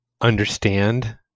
understand